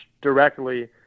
directly